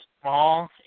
small